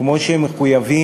כמו שהם מחויבים,